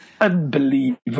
unbelievable